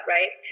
Right